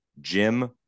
Jim